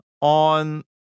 on